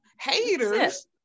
haters